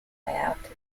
layout